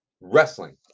wrestling